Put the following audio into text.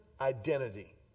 identity